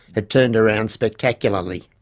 had turned around spectacularly.